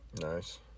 Nice